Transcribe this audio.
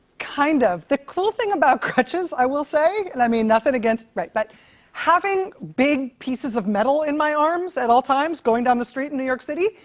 kind of. the cool thing about crutches, i will say, and i mean nothing against right but having big pieces of metal in my arms at all times, going down the street in new york city,